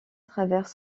travers